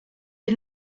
est